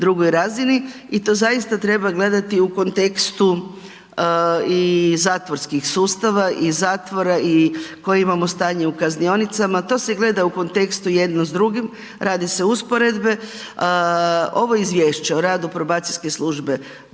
drugoj razini i to zaista treba gledati u kontekstu i zatvorskih sustava i zatvora i koje imamo stanje u kaznionicama. To se gleda u kontekstu jedno s drugim, rade se usporedbe. Ovo Izvješće o radu probacije službe